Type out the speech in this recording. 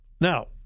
Now